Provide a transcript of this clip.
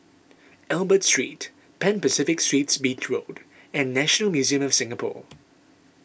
Albert Street Pan Pacific Suites Beach Road and National Museum of Singapore